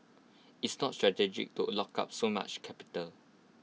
it's not strategic to lock up so much capital